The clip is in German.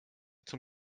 zum